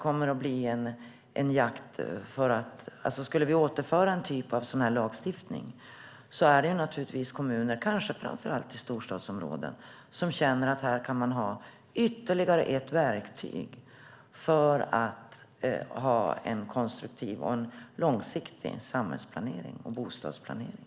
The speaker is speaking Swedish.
Om vi återinför en sådan lagstiftning kommer kommuner, kanske framför allt i storstadsområden, att känna att man har ytterligare ett verktyg för en konstruktiv och långsiktig samhälls och bostadsplanering.